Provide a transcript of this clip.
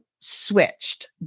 switched